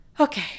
Okay